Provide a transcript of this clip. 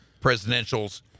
presidentials